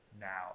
now